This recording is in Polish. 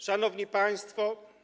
Szanowni Państwo!